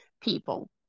People